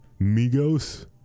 Migos